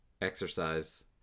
exercise